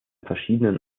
verschiedenen